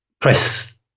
press